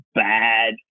bad